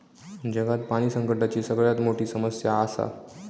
जगात पाणी संकटाची सगळ्यात मोठी समस्या आसा